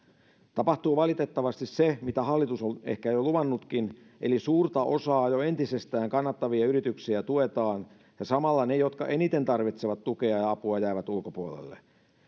tapahtuu valitettavasti se mitä hallitus on ehkä jo luvannutkin eli suurta osaa jo entisestään kannatettavia yrityksiä tuetaan ja samalla ne jotka eniten tarvitsevat tukea ja apua jäävät ulkopuolelle